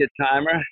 timer